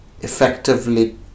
effectively